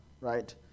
right